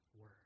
word